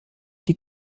die